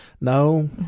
no